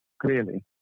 clearly